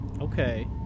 okay